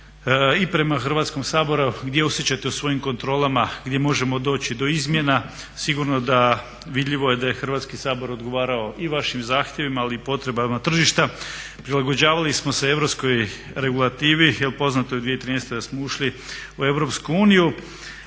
i prema Hrvatskom saboru gdje osjećate u svojim kontrolama gdje možemo doći do izmjena. Sigurno da vidljivo je da je Hrvatski sabor odgovarao i vašim zahtjevima ali i potrebama tržišta, prilagođavali smo se europskoj regulativi jer poznato je u 2013. da smo ušli u EU i